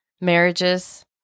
marriages